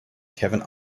kevin